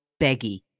beggy